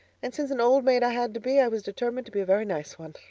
and since an old maid i had to be i was determined to be a very nice one.